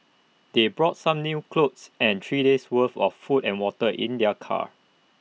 they brought some day clothes and three days' worth of food and water in their car